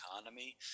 economy